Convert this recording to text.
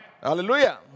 Hallelujah